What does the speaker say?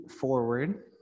forward